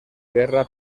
guerra